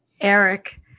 Eric